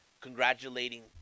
congratulating